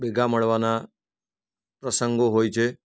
ભેગા મળવાના પ્રસંગો હોય છે